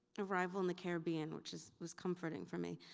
arrival in the caribbean, which was was comforting for me.